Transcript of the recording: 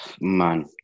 man